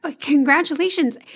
Congratulations